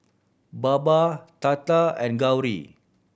Baba Tata and Gauri